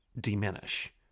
diminish